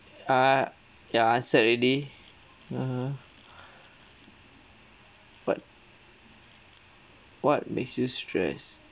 err ya I answered already (uh huh) but what makes you stress